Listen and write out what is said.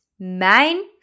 Mijn